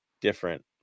different